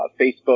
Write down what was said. Facebook